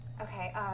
Okay